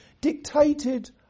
dictated